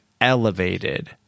elevated